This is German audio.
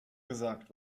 gesagt